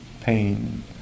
pain